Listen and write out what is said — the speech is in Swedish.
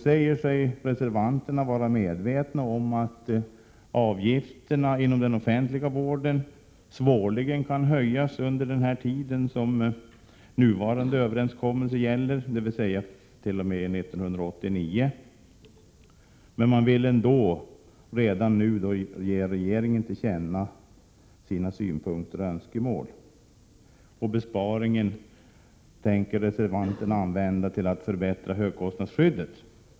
Reservanterna säger sig vara medvetna om att avgifterna inom den offentliga vården svårligen kan höjas under den tid som nuvarande överenskommelse gäller, dvs. t.o.m. 1989. Man vill ändå redan nu ge regeringen till känna sina synpunkter och önskemål. Den besparing det skulle bli fråga om tänker reservanterna använda till att förbättra högkostnadsskyddet.